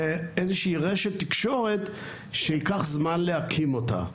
זה איזה שהיא רשת תקשורת שייקח זמן להקים אותה.